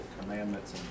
commandments